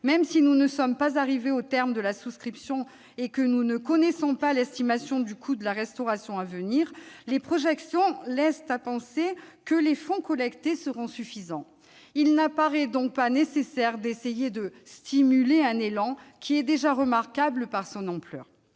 Même si nous ne sommes pas arrivés au terme de la souscription et que nous ne connaissons pas l'estimation du coût de la restauration à venir, les projections laissent à penser que les fonds collectés seront suffisants. Il n'apparaît donc pas nécessaire d'essayer de stimuler un élan qui est déjà remarquable par son ampleur.